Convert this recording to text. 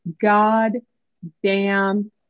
goddamn